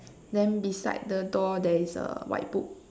then beside the door there is a white book